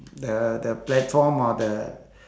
the the platform or the